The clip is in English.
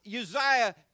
Uzziah